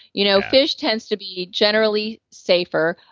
you know fish tends to be generally safer.